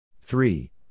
Three